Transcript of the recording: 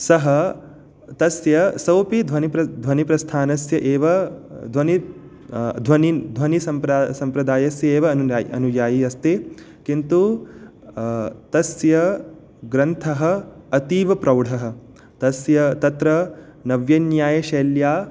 सः तस्य सोऽपि ध्वनिप्र ध्वनिप्रस्थानस्य एव ध्वनि ध्वनिन् ध्वनिसम्प् सम्प्रदायस्य एव अनु अनुयायी अस्ति किन्तु तस्य ग्रन्थः अतीव प्रौढः तस्य तत्र नव्यन्यायशैल्या